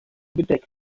bedeckt